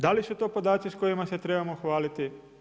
Da li su podaci s kojima se trebamo hvaliti?